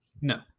No